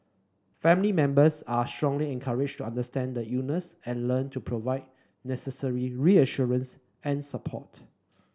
family members are strongly encouraged to understand the illness and learn to provide necessary reassurance and support